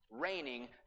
raining